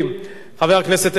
חבר הכנסת איתן כבל,